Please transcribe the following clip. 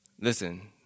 listen